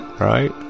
Right